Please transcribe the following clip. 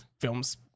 films